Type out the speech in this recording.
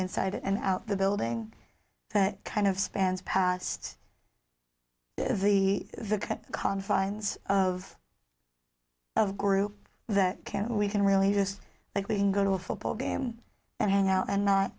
inside and out the building that kind of spans past the confines of of group that can we can really just likely go to a football game and hang out and not